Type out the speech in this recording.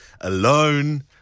alone